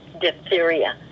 diphtheria